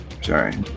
sorry